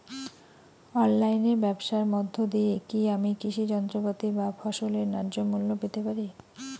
অনলাইনে ব্যাবসার মধ্য দিয়ে কী আমি কৃষি যন্ত্রপাতি বা ফসলের ন্যায্য মূল্য পেতে পারি?